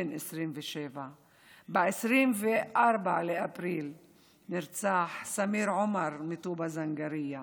בן 27. ב-24 באפריל נרצח סמיר עומר מטובא-זנגרייה.